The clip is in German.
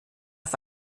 auf